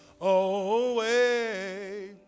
away